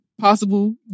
possible